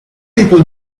people